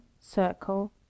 circle